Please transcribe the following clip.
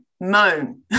moan